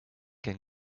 can